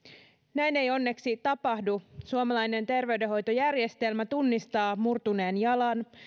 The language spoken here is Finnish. näin ei onneksi tapahdu suomalainen terveydenhoitojärjestelmä tunnistaa murtuneen jalan